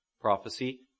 prophecy